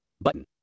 button